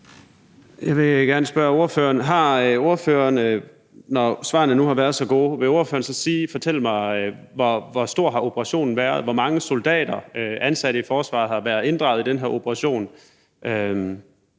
Jeg vil gerne spørge ordføreren: Når svarene nu har været så gode, vil ordføreren så fortælle mig, hvor stor operationen har været? Hvor mange soldater ansat i forsvaret har været inddraget i den her operation,